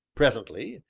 presently,